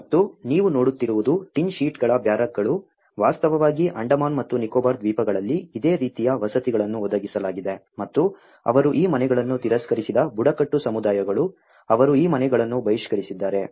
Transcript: ಮತ್ತು ನೀವು ನೋಡುತ್ತಿರುವುದು ಟಿನ್ ಶೀಟ್ಗಳ ಬ್ಯಾರಕ್ಗಳು ವಾಸ್ತವವಾಗಿ ಅಂಡಮಾನ್ ಮತ್ತು ನಿಕೋಬಾರ್ ದ್ವೀಪಗಳಲ್ಲಿ ಇದೇ ರೀತಿಯ ವಸತಿಗಳನ್ನು ಒದಗಿಸಲಾಗಿದೆ ಮತ್ತು ಅವರು ಈ ಮನೆಗಳನ್ನು ತಿರಸ್ಕರಿಸಿದ ಬುಡಕಟ್ಟು ಸಮುದಾಯಗಳು ಅವರು ಈ ಮನೆಗಳನ್ನು ಬಹಿಷ್ಕರಿಸಿದ್ದಾರೆ